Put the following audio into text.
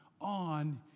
on